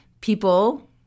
people